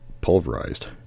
pulverized